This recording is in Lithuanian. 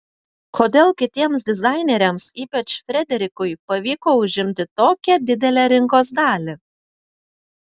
kodėl kitiems dizaineriams ypač frederikui pavyko užimti tokią didelę rinkos dalį